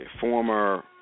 Former